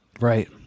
Right